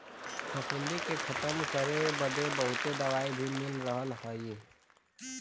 फफूंदी के खतम करे बदे बहुत दवाई भी मिल रहल हई